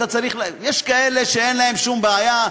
יש כאלה שאין להם שום בעיה,